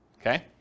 Okay